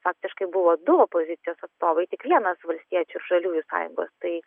faktiškai buvo du opozicijos atstovai tik vienas valstiečių ir žaliųjų sąjungos tai